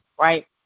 right